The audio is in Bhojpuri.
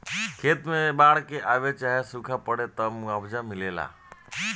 खेत मे बाड़ आवे चाहे सूखा पड़े, त मुआवजा मिलेला